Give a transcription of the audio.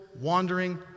wandering